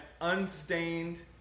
unstained